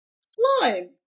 Slime